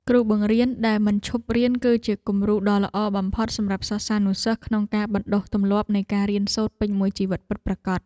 គ្រូបង្រៀនដែលមិនឈប់រៀនគឺជាគំរូដ៏ល្អបំផុតសម្រាប់សិស្សានុសិស្សក្នុងការបណ្តុះទម្លាប់នៃការរៀនសូត្រពេញមួយជីវិតពិតប្រាកដ។